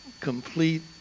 complete